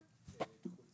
בחוץ.